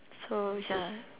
so ya